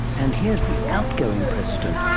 and here's the outgoing president,